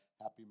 happy